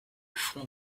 front